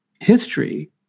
history